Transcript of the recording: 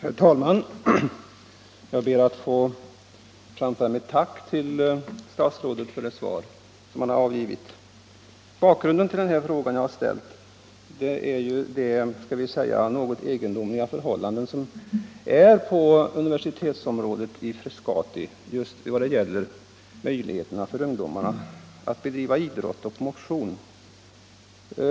Herr talman! Jag ber att få framföra mitt tack till statsrådet för svaret. Bakgrunden till den fråga jag har ställt är det något egendomliga förhållande som råder på universitetsområdet i Frescati just när det gäller möjligheten för ungdomarna att bedriva idrott och motion.